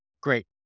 great